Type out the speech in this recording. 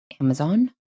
Amazon